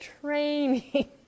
training